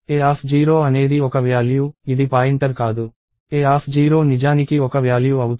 a0 అనేది ఒక value ఇది పాయింటర్ కాదు a0 నిజానికి ఒక వ్యాల్యూ అవుతుంది